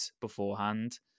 beforehand